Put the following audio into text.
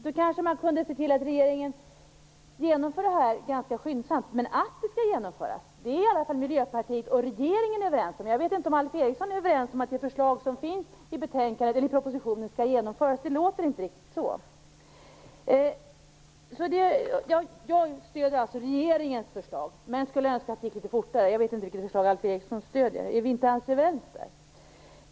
Då kanske kan man se till att regeringen genomför detta ganska skyndsamt. Men att det skall genomföras är i alla fall Miljöpartiet och regeringen överens om. Jag vet inte om Alf Eriksson är överens om att de förslag som finns i propositionen skall genomföras. Det låter inte riktigt så. Jag stöder alltså regeringens förslag men skulle önska att det gick att genomföra det litet fortare. Jag vet inte vilket förslag Alf Eriksson stöder. Är vi inte alls överens där?